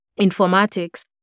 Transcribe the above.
informatics